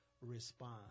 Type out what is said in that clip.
respond